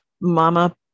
mama